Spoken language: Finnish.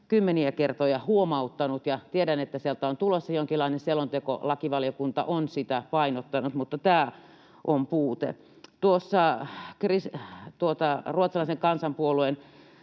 kymmeniä kertoja huomauttanut, ja tiedän, että sieltä on tulossa jonkinlainen selonteko. Lakivaliokunta on sitä painottanut, mutta tämä on puute. Tuossa Ruotsalaisen kansanpuolueen